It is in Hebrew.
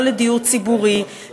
לא לדיור ציבורי,